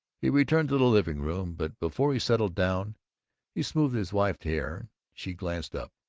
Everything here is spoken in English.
he returned to the living-room but before he settled down he smoothed his wife's hair, and she glanced up,